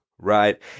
Right